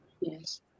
Yes